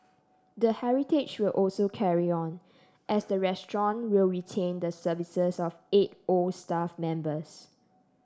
the heritage will also carry on as the restaurant will retain the services of eight old staff members